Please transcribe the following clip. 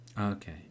okay